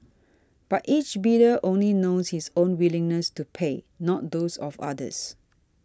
but each bidder only knows his own willingness to pay not those of others